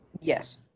Yes